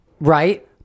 Right